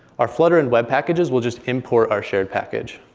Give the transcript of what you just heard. our flutter and web packages will just import our shared package.